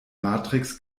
matrix